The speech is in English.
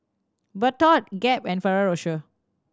Bardot Gap and Ferrero Rocher